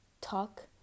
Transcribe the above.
talk